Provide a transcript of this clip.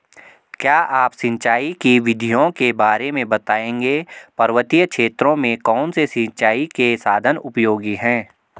क्या आप सिंचाई की विधियों के बारे में बताएंगे पर्वतीय क्षेत्रों में कौन से सिंचाई के साधन उपयोगी हैं?